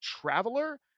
traveler